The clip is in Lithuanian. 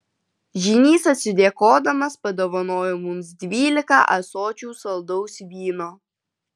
žynys atsidėkodamas padovanojo mums dvylika ąsočių saldaus vyno